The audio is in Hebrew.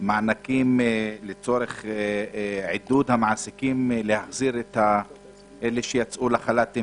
מענקים לצורך עידוד המעסיקים להחזיר את אלה שיצאו לחל"תים,